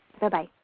Bye-bye